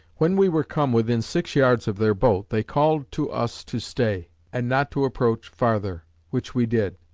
when we were come within six yards of their boat, they called to us to stay, and not to approach farther which we did.